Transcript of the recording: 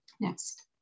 Next